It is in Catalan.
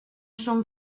són